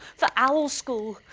for owl school!